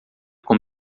com